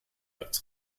als